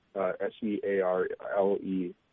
S-E-A-R-L-E